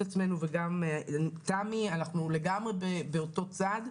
אנחנו לגמרי באותו צד.